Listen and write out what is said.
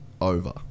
over